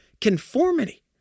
conformity